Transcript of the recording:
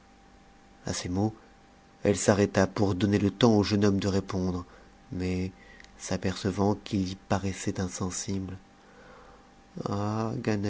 a ces mots elle s'arrêta pour donner le temps au jeune homme de répondre mais s'apercevant qu'il y paraissait insensible